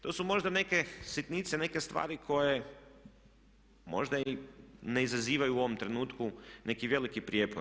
To su možda neke sitnice, neke stvari koje možda i ne izazivaju u ovom trenutku neki veliki prijepor.